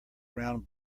round